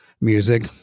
music